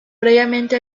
previamente